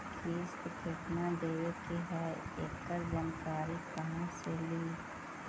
किस्त केत्ना देबे के है एकड़ जानकारी कहा से ली?